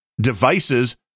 devices